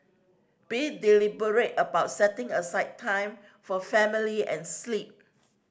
be deliberate about setting aside time for family and sleep